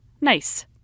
nice